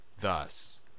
thus